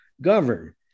govern